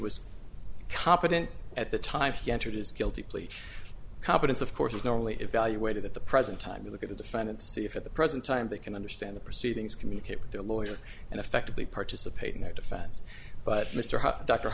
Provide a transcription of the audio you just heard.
was competent at the time he entered his guilty plea competence of course is normally evaluated at the present time you look at the defendant to see if at the present time they can understand the proceedings communicate with their lawyer and effectively participate in a defense but mr